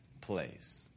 place